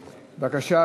בבקשה.